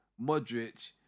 Modric